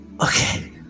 Okay